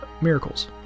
miracles